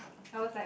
I was like